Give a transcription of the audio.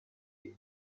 into